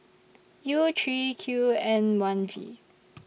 U three Q N one V